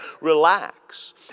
relax